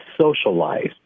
socialized